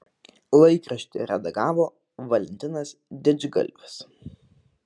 laikraštį redagavo valentinas didžgalvis